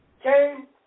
came